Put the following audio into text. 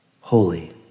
holy